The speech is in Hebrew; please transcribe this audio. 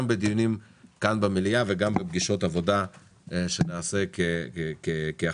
בדיונים כאן במליאה וגם בפגישות עבודה שנעשה כהכנה.